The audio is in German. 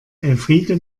elfriede